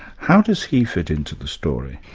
how does he fit into the story?